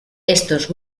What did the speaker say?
estos